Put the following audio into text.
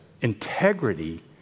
integrity